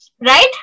Right